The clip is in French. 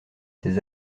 ces